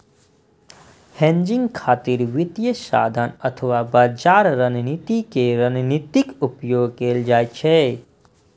hedging खातिर वित्तीय साधन अथवा बाजार रणनीति के रणनीतिक उपयोग कैल जाइ छै